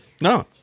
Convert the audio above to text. No